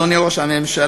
אדוני ראש הממשלה,